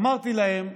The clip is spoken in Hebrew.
אמרתי להם: